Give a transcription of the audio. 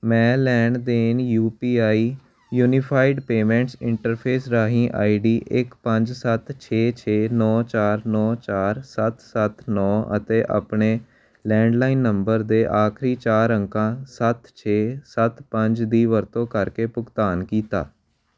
ਮੈਂ ਲੈਣ ਦੇਣ ਯੂਪੀਆਈ ਯੂਨੀਫਾਈਡ ਪੇਮੈਂਟਸ ਇੰਟਰਫੇਸ ਰਾਹੀਂ ਆਈਡੀ ਇੱਕ ਪੰਜ ਸੱਤ ਛੇ ਛੇ ਨੌਂ ਚਾਰ ਨੌਂ ਚਾਰ ਸੱਤ ਸੱਤ ਨੌਂ ਅਤੇ ਆਪਣੇ ਲੈਂਡਲਾਈਨ ਨੰਬਰ ਦੇ ਆਖਰੀ ਚਾਰ ਅੰਕਾਂ ਸੱਤ ਛੇ ਸੱਤ ਪੰਜ ਦੀ ਵਰਤੋਂ ਕਰਕੇ ਭੁਗਤਾਨ ਕੀਤਾ